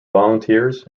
volunteers